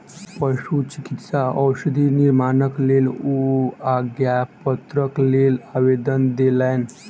पशुचिकित्सा औषधि निर्माणक लेल ओ आज्ञापत्रक लेल आवेदन देलैन